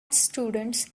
students